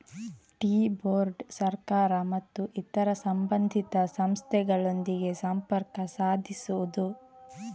tea board ಸರ್ಕಾರ ಮತ್ತು ಇತರ ಸಂಬಂಧಿತ ಸಂಸ್ಥೆಗಳೊಂದಿಗೆ ಸಂಪರ್ಕ ಸಾಧಿಸುವುದು